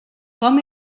com